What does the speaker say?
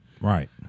Right